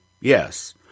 yes